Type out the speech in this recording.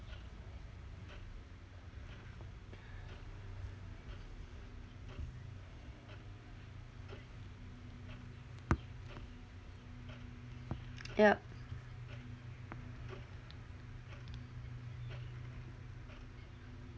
ya